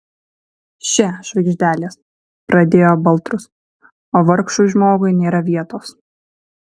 še žvaigždelės pradėjo baltrus o vargšui žmogui nėra vietos